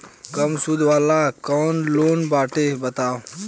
कम सूद वाला कौन लोन बाटे बताव?